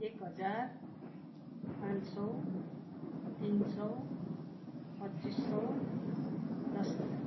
एक हजार पाँच सय तिन सय पच्चिस सय दस हजार